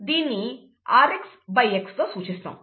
దీన్ని 'rx x' తో సూచిస్తాము